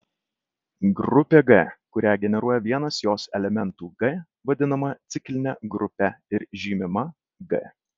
grupė g kurią generuoja vienas jos elementų g vadinama cikline grupe ir žymima g